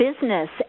business